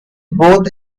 both